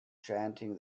chanting